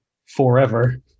forever